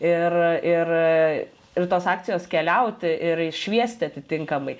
ir ir ir tos akcijos keliauti ir šviesti atitinkamai